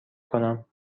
کنم